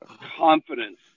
confidence